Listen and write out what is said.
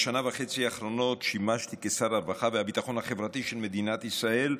בשנה וחצי האחרונות שימשתי שר הרווחה והביטחון החברתי של מדינת ישראל.